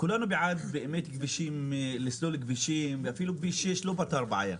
כולנו בעד באמת לסלול כבישים ואפילו שכביש 6 לא פתר את הבעיה,